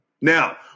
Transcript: Now